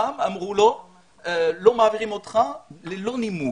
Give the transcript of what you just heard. פעם אמרו לו שלא מעבירים אותו ללא נימוק.